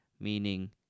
Meaning